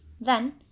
Then